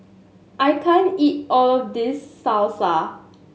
I can't eat all of this Salsa